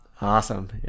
awesome